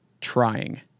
trying